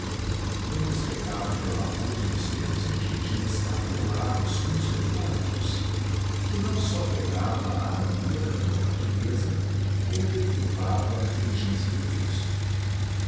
muitas pecavam pelo abuso dos termos indígenas acumulados uns sobre outros o que não só quebrava a harmonia da língua portuguesa como perturbava a inteligência do texto